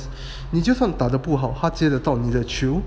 你就算打得不好他接得到你的球